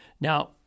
Now